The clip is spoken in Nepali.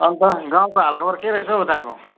अन्त गाउँको हालखबर के रहेछ हौ उताको